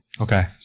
Okay